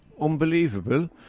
Unbelievable